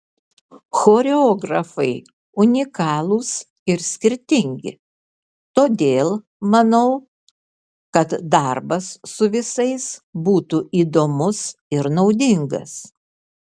choreografai unikalūs ir skirtingi todėl manau kad darbas su visais būtų įdomus ir naudingas